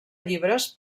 llibres